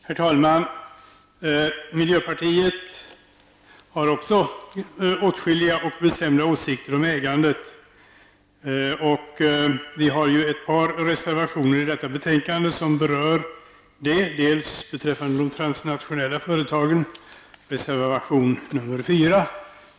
Herr talman! Miljöpartiet har också åtskilliga och bestämda åsikter om ägandet. Vi har ett par reservationer i detta betänkande som berör det. Vi har reservation nr 4 som gäller de transnationella företagen.